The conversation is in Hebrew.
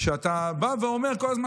שאתה בא ואומר כל הזמן,